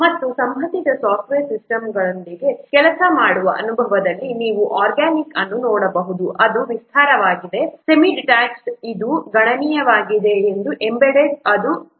ಮತ್ತು ಸಂಬಂಧಿತ ಸಾಫ್ಟ್ವೇರ್ ಸಿಸ್ಟಮ್ಗಳೊಂದಿಗೆ ಕೆಲಸ ಮಾಡುವ ಅನುಭವದಲ್ಲಿ ನೀವು ಆರ್ಗ್ಯಾನಿಕ್ ಅನ್ನು ನೋಡಬಹುದು ಅದು ವಿಸ್ತಾರವಾಗಿದೆ ಸೆಮಿಡಿಟ್ಯಾಚ್ಡ್ ಇದು ಗಣನೀಯವಾಗಿದೆ ಮತ್ತು ಎಂಬೆಡೆಡ್ ಅದು ಮಧ್ಯಮವಾಗಿದೆ